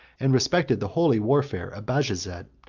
and respected the holy warfare of bajazet,